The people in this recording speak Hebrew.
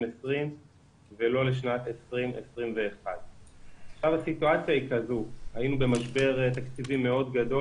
ולא לשנת 2021. היינו במשבר תקציבי גדול מאוד,